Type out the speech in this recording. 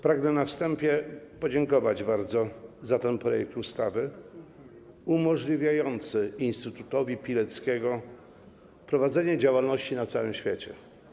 Pragnę na wstępie bardzo podziękować za projekt ustawy umożliwiający instytutowi Pileckiego prowadzenie działalności na całym świecie.